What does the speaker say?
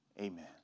Amen